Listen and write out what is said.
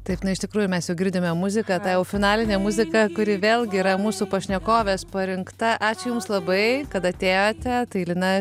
taip na iš tikrųjų mes jau girdime muziką tą jau finalinę muziką kuri vėlgi yra mūsų pašnekovės parinkta ačiū jums labai kad atėjote tai linai